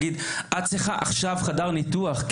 צריך להגיד לה: את צריכה עכשיו חדר ניתוח.